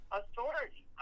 authority